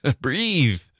breathe